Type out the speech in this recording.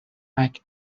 act